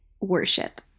worship